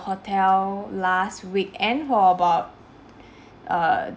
~ur hotel last weekend for about err